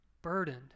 Burdened